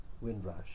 Windrush